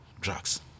drugs